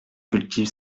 cultive